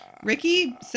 Ricky